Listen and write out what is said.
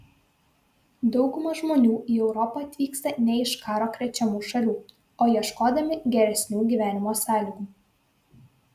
dauguma žmonių į europą atvyksta ne iš karo krečiamų šalių o ieškodami geresnių gyvenimo sąlygų